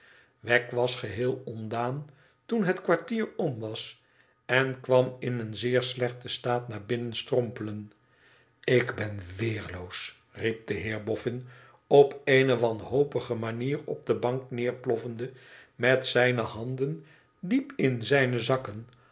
wegg was geheel ontdaan toen het kwartier om was en kwam in een zeer slechten staat naar binnen strompelen ik ben weerloos i riep de heer boffin op eene wanhopige manier op de bank nederplofifende met zijne handen diep in zijne zakken